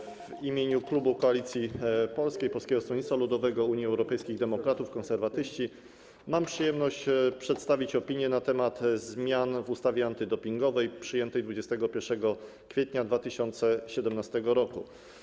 W imieniu klubu Koalicji Polskiej - Polskiego Stronnictwa Ludowego, Unii Europejskich Demokratów, Konserwatystów mam przyjemność przedstawić opinię na temat zmian w ustawie antydopingowej przyjętej 21 kwietnia 2017 r.